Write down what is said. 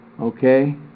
Okay